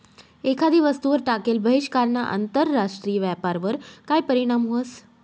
एखादी वस्तूवर टाकेल बहिष्कारना आंतरराष्ट्रीय व्यापारवर काय परीणाम व्हस?